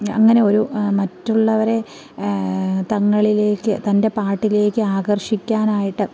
അങ്ങനെ ഒരു മറ്റുള്ളവരെ തങ്ങളിലേക്ക് തൻ്റെ പാട്ടിലേക്ക് ആകർഷിക്കാനായിട്ട്